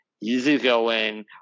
easygoing